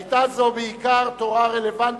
היתה זאת בעיקר תורה רלוונטית,